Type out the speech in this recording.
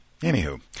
anywho